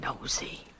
Nosy